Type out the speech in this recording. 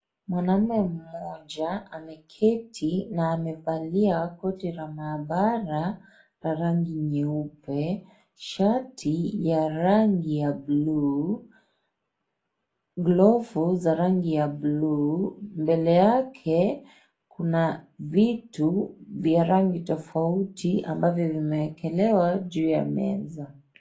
Mwanume mmoja ameketi na amevalia koti la mahabara la rangi nyeupe, shati ya rangi ya bluu, glove za rangi ya bluu. Mbele yake kuna vitu vya rangi tofauti ambavyo vimeekelewa juu ya meza.